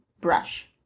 brush